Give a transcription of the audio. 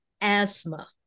asthma